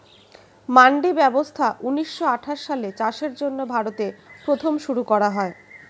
মান্ডি ব্যবস্থা ঊন্নিশো আঠাশ সালে চাষের জন্য ভারতে প্রথম শুরু করা হয়